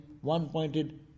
one-pointed